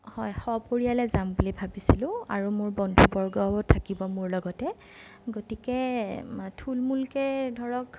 হয় সপৰিয়ালে যাম বুলি ভাবিছিলোঁ আৰু মোৰ বন্ধু বৰ্গও থাকিব মোৰ লগতে গতিকে থূল মূলকৈ ধৰক